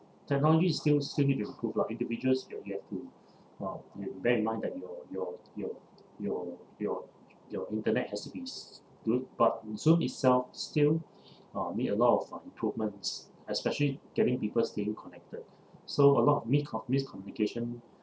technology still still need improve lah individuals they they have to uh bear in mind that your your your your your your internet has to be s~ good but Zoom itself still need a lot of uh improvements especially getting people staying connected so a lot of miscomm~ miscommunication